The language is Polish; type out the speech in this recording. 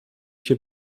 się